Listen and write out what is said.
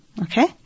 Okay